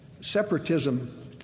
separatism